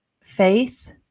faith